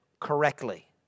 correctly